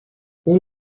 اون